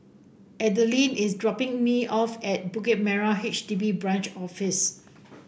Adalynn is dropping me off at Bukit Merah H D B Branch Office